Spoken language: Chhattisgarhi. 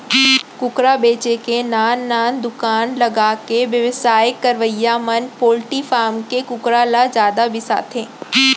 कुकरा बेचे के नान नान दुकान लगाके बेवसाय करवइया मन पोल्टी फारम के कुकरा ल जादा बिसाथें